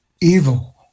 evil